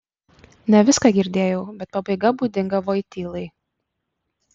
ne viską girdėjau bet pabaiga būdinga voitylai